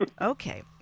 Okay